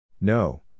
No